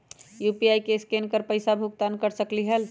UPI से scan कर पईसा भुगतान कर सकलीहल?